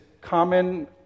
common